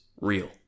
real